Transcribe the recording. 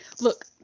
look